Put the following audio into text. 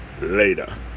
later